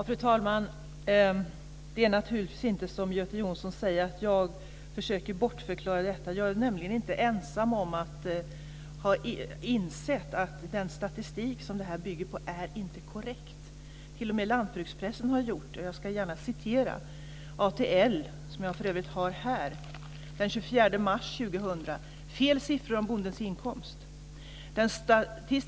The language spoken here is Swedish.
Fru talman! Det är naturligtvis inte som Göte Jonsson säger, att jag försöker bortförklara detta. Jag är nämligen inte ensam om att ha insett att den statistik som detta bygger på inte är korrekt. T.o.m. lantbrukspressen har gjort det, och jag ska gärna citera ur ATL, som jag för övrigt har här, den 24 mars 2000: EU är en myt."